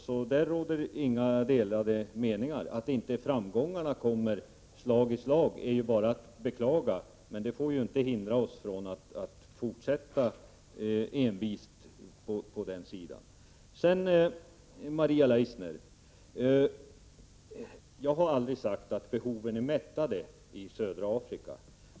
Om detta råder inga delade meningar. Att inte framgångarna kommer slag i slag är bara att beklaga, men det får inte hindra oss från att envist fortsätta våra ansträngningar. Så till Maria Leissner: Jag har aldrig sagt att behoven är mättade i södra Afrika.